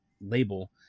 label